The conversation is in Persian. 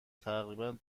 تقریبا